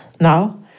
now